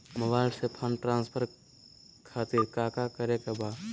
Mobile से fund transfer खातिर काका करे के बा?